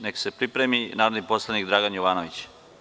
Neka se pripremi narodni poslanik Dragan Jovanović.